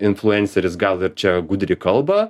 influenceris gal ir čia gudriai kalba